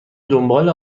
دنبال